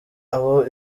abo